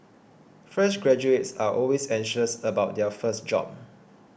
fresh graduates are always anxious about their first job